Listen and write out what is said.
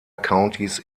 countys